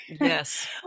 Yes